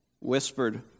whispered